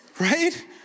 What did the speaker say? right